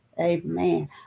Amen